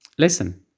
Listen